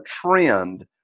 trend